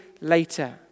later